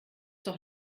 doch